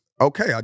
okay